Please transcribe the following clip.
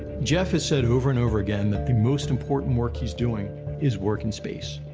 jeff has said over and over again that the most important work he's doing is work in space.